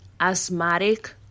asthmatic